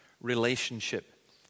relationship